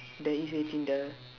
there is eighteen ah